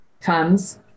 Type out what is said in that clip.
comes